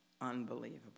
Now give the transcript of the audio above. unbelievable